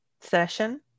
session